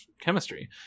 chemistry